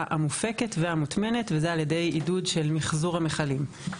המופקת והמוטמנת וזה על ידי עידוד של מחזור המכלים.